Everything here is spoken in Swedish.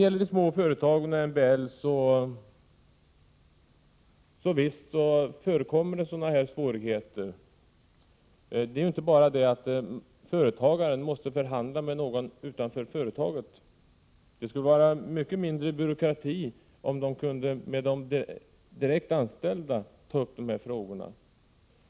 Visst förekommer det svårigheter i fråga om MBL i småföretagen. Det är inte bara det att företagaren måste förhandla med någon utanför företaget. Det skulle vara mycket mindre byråkrati om han kunde ta upp frågorna direkt med de anställda.